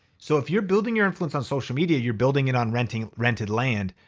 so if you're building your influence on social media, you're building it on rented rented land.